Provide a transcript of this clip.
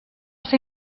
ser